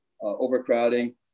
overcrowding